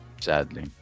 sadly